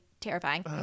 terrifying